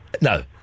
No